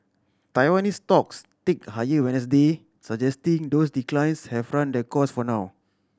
Taiwanese stocks ticked higher Wednesday suggesting those declines have run their course for now